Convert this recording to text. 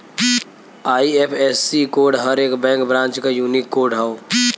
IFSC code हर एक bank branch क यूनिक कोड हौ